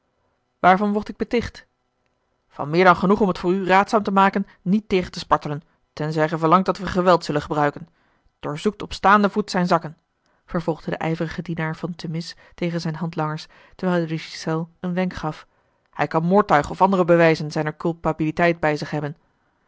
waarvan word ik beticht van meer dan genoeg om het voor u raadzaam te maken niet tegen te spartelen tenzij ge verlangt dat wij geweld zullen gebruiken doorzoekt op staanden voet zijne zakken vervolgde de ijverige dienaar van themis tegen zijne handlangers terwijl hij de ghiselles een wenk gaf hij kan moordtuig of andere bewijzen zijner culpabiliteit bij zich hebben